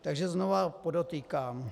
Takže znova podotýkám.